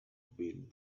build